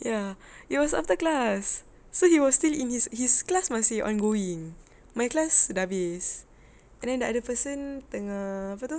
ya it was after class so he was still in his his class masih ongoing my class dah habis and then the other person tengah apa tu